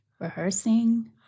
rehearsing